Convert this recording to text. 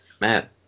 Matt